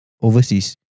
overseas